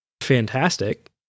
fantastic